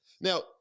now